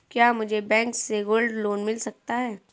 क्या मुझे बैंक से गोल्ड लोंन मिल सकता है?